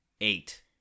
Eight